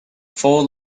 four